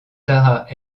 tara